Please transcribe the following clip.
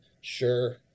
Sure